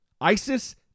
ISIS